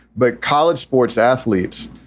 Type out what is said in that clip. but college sports athletes,